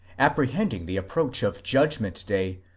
apprehending the proach of judgment day,